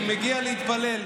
תמשיכו להגן עליהם.